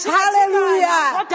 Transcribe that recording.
hallelujah